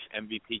MVP